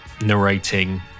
narrating